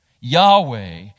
Yahweh